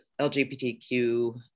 LGBTQ